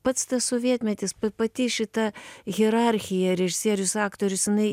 pats sovietmetis pati šita hierarchija režisierius aktorius jinai